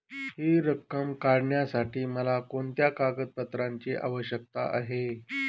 हि रक्कम काढण्यासाठी मला कोणत्या कागदपत्रांची आवश्यकता आहे?